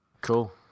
Cool